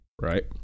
right